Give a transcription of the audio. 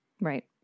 Right